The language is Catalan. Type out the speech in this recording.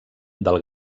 del